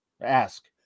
Ask